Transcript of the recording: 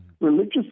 Religious